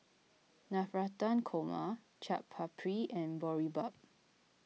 Navratan Korma Chaat Papri and Boribap